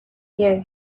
year